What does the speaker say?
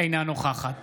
אינה נוכחת